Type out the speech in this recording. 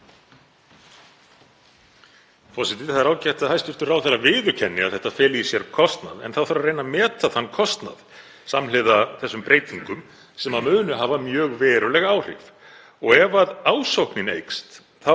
Forseti. Það er ágætt að hæstv. ráðherra viðurkenni að þetta feli í sér kostnað en þá þarf að reyna að meta þann kostnað samhliða þessum breytingum sem munu hafa mjög veruleg áhrif. Ef ásóknin eykst